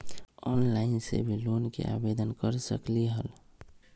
Online से भी loan के आवेदन कर सकलीहल?